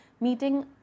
meeting